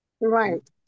Right